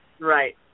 right